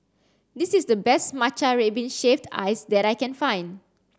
this is the best matcha red bean shaved ice that I can find